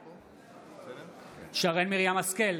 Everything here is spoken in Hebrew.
בעד שרן מרים השכל,